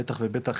בטח ובטח,